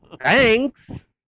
Thanks